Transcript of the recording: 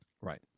Right